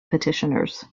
petitioners